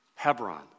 Hebron